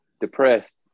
depressed